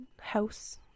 house